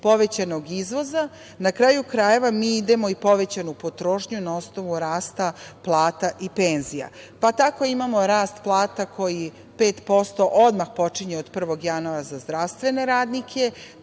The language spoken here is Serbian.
povećanog izvoza. Na kraju krajeva mi idemo i povećanu potrošnju na osnovu rasta plata i penzija, pa tako imamo rast plata koji 5% odmah počinje od 1. januara za zdravstvene radnike,